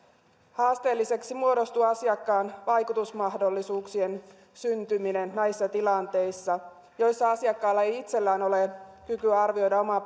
haasteelliseksi muodostuu asiakkaan vaikutusmahdollisuuksien syntyminen näissä tilanteissa joissa asiakkaalla ei itsellään ole kykyä arvioida omaa